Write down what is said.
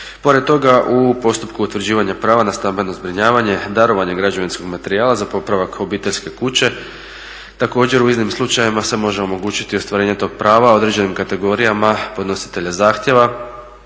Pored toga u postupku utvrđivanja prava na stambeno zbrinjavanje darovanje građevinskog materijala za popravak obiteljske kuće također u iznimnim slučajevima se može omogućiti ostvarenje toga prava određenim kategorijama podnositelja zahtjeva